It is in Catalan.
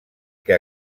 que